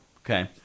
Okay